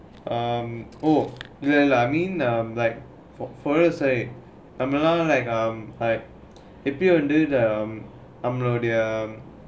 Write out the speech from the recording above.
um oh ya lah I mean like for for yours like நம்மெல்லாம் எப்பியோ வந்தே முன்னாடியே:nammallaam eppiyo vanthae munnaadiyae